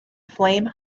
flame